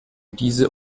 diese